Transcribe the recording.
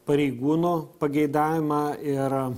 pareigūnų pageidavimą ir